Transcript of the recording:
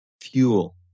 fuel